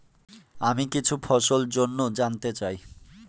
আমি কিছু ফসল জন্য জানতে চাই